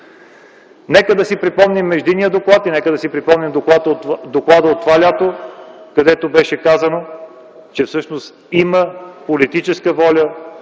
Нека да си припомним междинния доклад и доклада от това лято, където беше казано, че всъщност има политическа воля